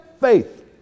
faith